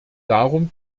darum